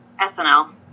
SNL